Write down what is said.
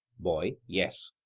boy yes.